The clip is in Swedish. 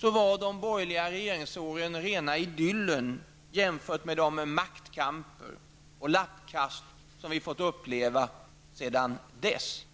-- var de borgerliga regeringsåren rena idyllen jämfört med de maktkamper och lappkast som vi har fått uppleva sedan dess.